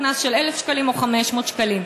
קנס של 1,000 שקלים או 500 שקלים.